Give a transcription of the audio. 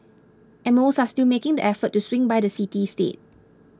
and most are still making the effort to swing by the city state